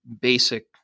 basic